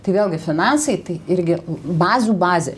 tai vėlgi finansai tai irgi bazių bazė